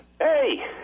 Hey